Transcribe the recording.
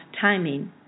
timing